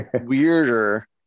weirder